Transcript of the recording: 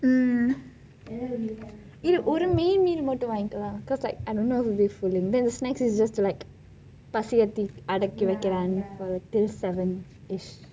mm ஒரு:oru main meal மட்டும் வாங்கிக்கலாம்:mattum vankikalam because like I don't know if it will be filling then the snacks is just to like பசியை தீர்க்க அடைக்க:pasiyei thirka adaika till seven ish